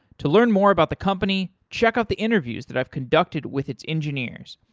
to learn more about the company, check out the interviews that i've conducted with its engineers.